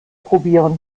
probieren